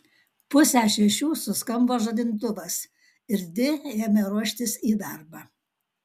pusę šešių suskambo žadintuvas ir di ėmė ruoštis į darbą